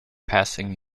passing